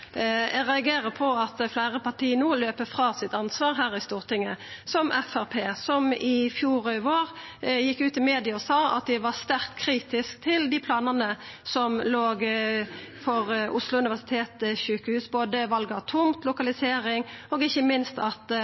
Eg reagerer på at fleire parti no går frå sitt ansvar her i Stortinget, som Framstegspartiet, som i fjor vår gjekk ut i media og sa at dei var sterkt kritiske til dei planane som låg føre for Oslo universitetssjukehus, både val av tomt, lokalisering og ikkje minst at